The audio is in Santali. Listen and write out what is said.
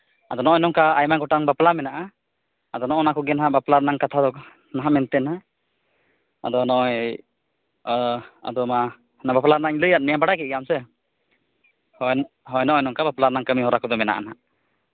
ᱟᱫᱚ ᱱᱚᱜᱼᱚᱭ ᱱᱚᱝᱠᱟ ᱟᱭᱢᱟ ᱜᱚᱴᱟᱝ ᱵᱟᱯᱞᱟ ᱢᱮᱱᱟᱜᱼᱟ ᱟᱫᱚ ᱱᱚᱜᱼᱚᱸᱭ ᱱᱚᱣᱟ ᱠᱚᱜᱮ ᱱᱟᱜ ᱵᱟᱯᱞᱟ ᱨᱮᱱᱟᱝ ᱠᱟᱛᱷᱟ ᱫᱚ ᱱᱟᱦᱟᱜ ᱢᱮᱱᱛᱮᱱᱟ ᱟᱫᱚ ᱱᱚᱜᱼᱚᱸᱭ ᱟᱫᱚ ᱱᱚᱣᱟ ᱵᱟᱯᱞᱟ ᱢᱟᱧ ᱞᱟᱹᱭᱟᱫ ᱢᱮ ᱵᱟᱲᱟᱭ ᱠᱮᱫ ᱜᱮᱭᱟᱢ ᱥᱮ ᱦᱳᱭ ᱦᱳᱭ ᱱᱚᱜᱼᱚᱸᱭ ᱱᱚᱝᱠᱟ ᱵᱟᱯᱞᱟ ᱨᱮᱱᱟ ᱠᱟᱹᱢᱤᱦᱚᱨᱟ ᱠᱚᱫᱚ ᱢᱮᱱᱟᱜᱼᱟ ᱱᱟᱜ